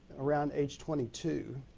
around age twenty two.